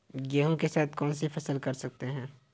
गेहूँ के साथ कौनसी फसल कर सकते हैं?